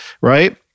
right